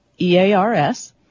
E-A-R-S